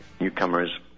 Newcomers